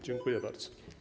Dziękuję bardzo.